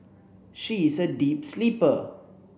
she is a deep sleeper